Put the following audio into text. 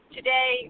Today